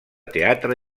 teatre